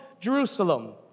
Jerusalem